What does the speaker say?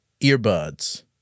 earbuds